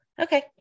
okay